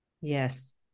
Yes